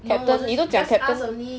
captain 你都讲 captain